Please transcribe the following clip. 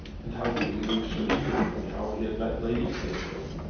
and how he knew sir hugh, and how he had met lady clavering,